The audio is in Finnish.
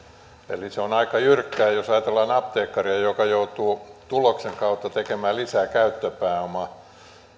eli se on aika jyrkkää jos ajatellaan apteekkaria joka joutuu tuloksen kautta tekemään lisää käyttöpääomaa